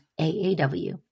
AAW